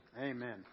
Amen